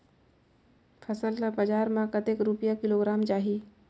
फसल ला बजार मां कतेक रुपिया किलोग्राम जाही?